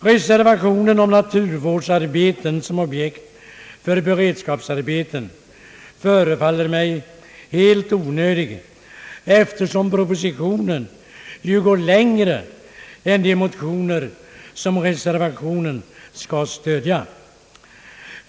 Reservationen om naturvårdsarbeten såsom objekt för beredskapsarbeten förefaller mig helt onödig, eftersom propositionen ju går längre än de motioner som reservationen skall stödja.